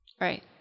Right